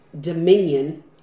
dominion